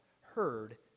heard